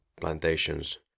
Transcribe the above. plantations